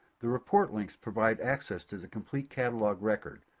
the report links provide access to the complete catalog record,